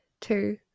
two